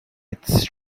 its